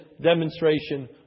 demonstration